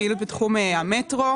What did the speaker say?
פעילות בתחום המטרו,